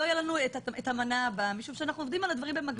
לא תהיה לנו את המנה הבאה משום שאנחנו עובדים על הדברים במקביל.